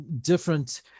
different